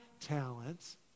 talents